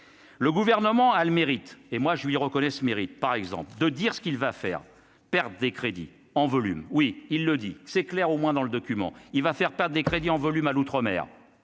le gouvernement a le mérite, et moi je lui reconnais ce mérite par exemple de dire ce qu'il va faire perdre des crédits en volume, oui, il le dit, c'est clair, au moins dans le document, il va faire part des crédits en volume à l'outre-mer,